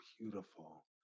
beautiful